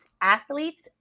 athletes